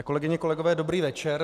Kolegyně a kolegové, dobrý večer.